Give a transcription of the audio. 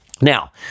Now